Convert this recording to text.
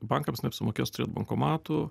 bankams neapsimokės turėt bankomatų